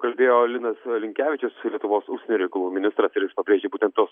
taip kalbėjo linas linkevičius lietuvos užsienio reikalų ministras ir jis pabrėžė būtent tos